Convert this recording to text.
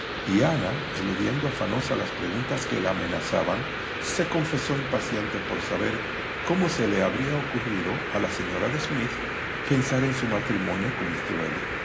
y ana eludiendo afanosa las preguntas que la amenazaban se confesó impaciente por saber cómo se le habría ocurrido a la de smith pensar en su matrimonio